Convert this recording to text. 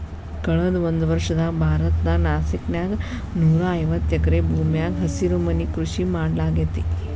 ಕಳದ ಒಂದ್ವರ್ಷದಾಗ ಭಾರತದ ನಾಸಿಕ್ ನ್ಯಾಗ ನೂರಾಐವತ್ತ ಎಕರೆ ಭೂಮ್ಯಾಗ ಹಸಿರುಮನಿ ಕೃಷಿ ಮಾಡ್ಲಾಗೇತಿ